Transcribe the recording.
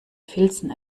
filzen